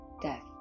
death